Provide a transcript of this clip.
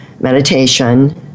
meditation